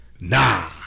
Nah